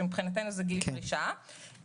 שמבחינתנו זה גיל פרישה,